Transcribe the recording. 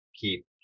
keep